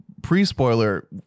Pre-spoiler